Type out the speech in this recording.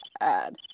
Add